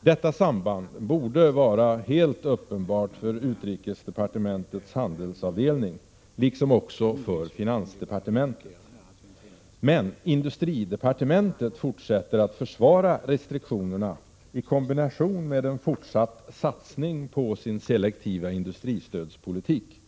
Detta samband borde vara helt uppenbart för utrikesdepartementets handelsavdelning liksom också för finansdepartementet. Men industridepartementet fortsätter att försvara restriktionerna i kombination med en fortsatt satsning på sin selektiva industristödspolitik.